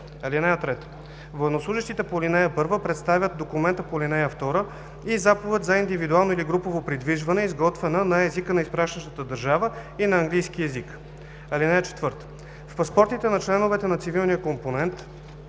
сила. (3) Военнослужещите по ал. 1 представят документа по ал. 2 и заповед за индивидуално или групово придвижване, изготвена на езика на изпращащата държава и на английски език. (4) В паспортите на членовете на цивилния компонент